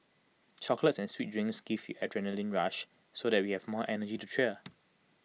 chocolates and sweet drinks gives the adrenaline rush so that we have more energy to cheer